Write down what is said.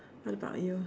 what about you